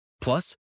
Plus